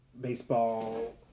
baseball